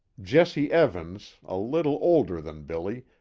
jesse evans, a little older than billy,